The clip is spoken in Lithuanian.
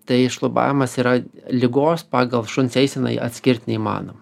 tai šlubavimas yra ligos pagal šuns eiseną atskirt neįmanoma